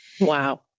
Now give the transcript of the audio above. Wow